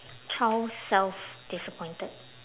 child self disappointed